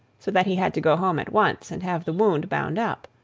so that he had to go home at once and have the wound bound up.